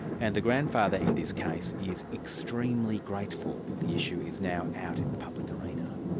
and the grandfather in this case is extremely grateful the issue is now out in the public arena.